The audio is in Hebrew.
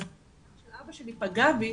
אז שאבא שלי פגע בי,